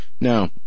Now